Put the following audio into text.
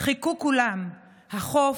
חיכו כולם: / החוף,